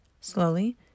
Slowly